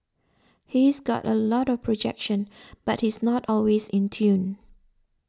he's got a lot of projection but he's not always in tune